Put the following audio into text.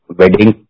wedding